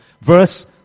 verse